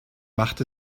macht